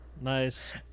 Nice